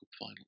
final